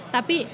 Tapi